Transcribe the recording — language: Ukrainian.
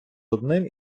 одним